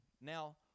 Now